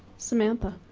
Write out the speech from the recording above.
samantha?